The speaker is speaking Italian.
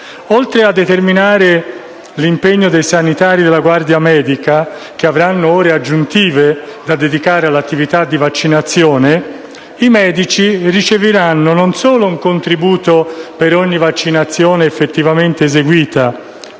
Oltre a determinare l'impegno dei sanitari e della guardia medica, che avranno ore aggiuntive da dedicare all'attività di vaccinazione, i medici riceveranno non solo un contribuito per ogni vaccinazione effettivamente eseguita,